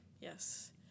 Yes